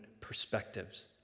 perspectives